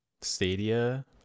Stadia